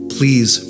Please